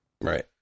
Right